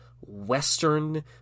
western